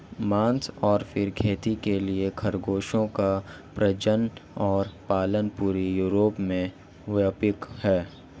मांस और फर खेती के लिए खरगोशों का प्रजनन और पालन पूरे यूरोप में व्यापक है